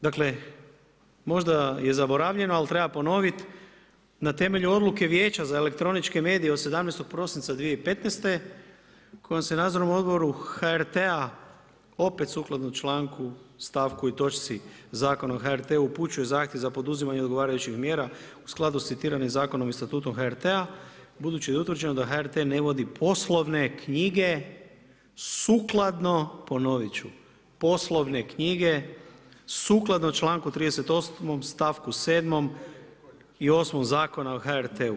Dakle, možda je zaboravljeno ali treba ponoviti na temelju Odluke Vijeća za elektroničke medije od 17. prosinca 2015. kojom se Nadzornom odboru HRT-a opet sukladno članku, stavku i točci Zakona o HRT-u upućuje zahtjev za poduzimanje odgovarajućih mjera u skladu sa citiranim zakonom i Statutom HRT-a, budući da je utvrđeno da HRT ne vodi poslovne knjige sukladno ponovit ću, poslovne knjige sukladno članku 38. stavku 7. i 8. Zakona o HRT-u.